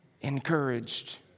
encouraged